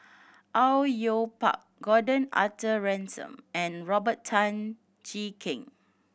Au Yue Pak Gordon Arthur Ransome and Robert Tan Jee Keng